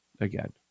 again